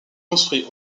construit